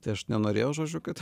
tai aš nenorėjau žodžiu kad